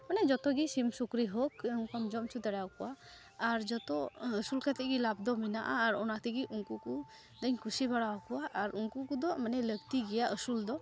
ᱢᱟᱱᱮ ᱡᱚᱛᱚᱜᱮ ᱥᱤᱢ ᱥᱩᱠᱨᱤ ᱦᱳᱠ ᱩᱱᱠᱩᱢ ᱡᱚᱢ ᱚᱪᱚ ᱫᱟᱲᱮᱭᱟᱠᱚᱣᱟ ᱟᱨ ᱡᱚᱛᱚ ᱟᱹᱥᱩᱞ ᱠᱟᱛᱮᱫᱜᱮ ᱞᱟᱵᱷᱫᱚ ᱢᱮᱱᱟᱜᱼᱟ ᱟᱨ ᱚᱱᱟᱛᱮᱜᱮ ᱩᱱᱠᱩ ᱠᱚᱫᱚᱧ ᱠᱩᱥᱤ ᱵᱟᱲᱟ ᱟᱠᱚᱣᱟ ᱟᱨ ᱩᱱᱠᱩ ᱠᱚᱫᱚ ᱢᱟᱱᱮ ᱞᱟᱹᱠᱛᱤ ᱜᱮᱭᱟ ᱟᱹᱥᱩᱞᱫᱚ